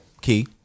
Key